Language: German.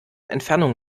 entfernung